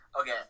Okay